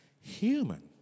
Human